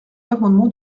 amendement